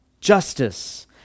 justice